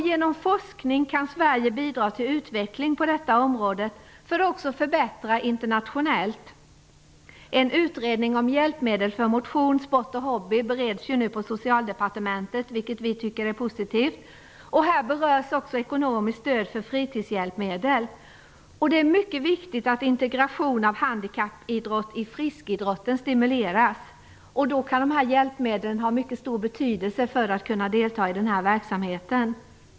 Genom forskning kan Sverige bidra till utveckling på detta område för att också förbättra internationellt. En utredning om hjälpmedel för motion, sport och hobby bereds nu på Socialdepartementet, vilket vi tycker är positivt. Här berörs också ekonomiskt stöd för fritidshjälpmedel. Det är mycket viktigt att integration av handikappidrott i friskidrotten stimuleras. Då kan de här hjälpmedlen ha mycket stor betydelse för att de funktionshindrade skall kunna delta i verksamheten.